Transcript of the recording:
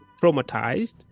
traumatized